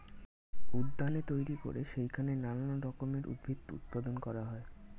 উদ্যানে তৈরি করে সেইখানে নানান রকমের উদ্ভিদ উৎপাদন করা হয়